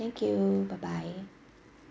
thank you bye bye